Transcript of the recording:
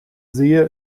sehe